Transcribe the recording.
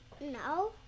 no